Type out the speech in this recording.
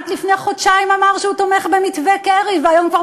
רק לפני חודשיים אמר שהוא תומך במתווה קרי והיום כבר